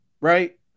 right